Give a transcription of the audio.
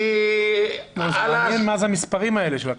מה זה המספרים האלה?